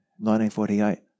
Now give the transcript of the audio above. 1948